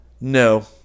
No